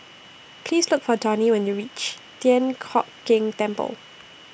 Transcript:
Please Look For Donny when YOU REACH Thian Hock Keng Temple